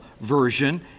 Version